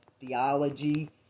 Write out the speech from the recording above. theology